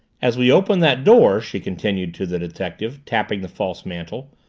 as we opened that door, she continued to the detective, tapping the false mantel,